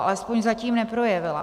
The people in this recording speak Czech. Alespoň zatím neprojevila.